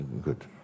Good